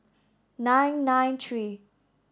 nine nine three